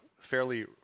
fairly